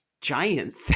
giant